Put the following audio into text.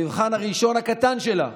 המבחן הראשון הקטן שלה,